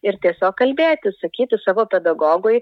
ir tiesiog kalbėtis sakyti savo pedagogui